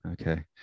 Okay